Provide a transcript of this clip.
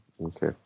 Okay